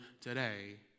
today